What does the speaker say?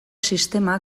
sistema